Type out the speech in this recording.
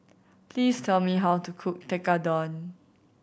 please tell me how to cook Tekkadon